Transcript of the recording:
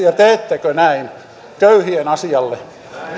ja teettekö näin köyhien asialle